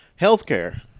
Healthcare